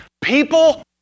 people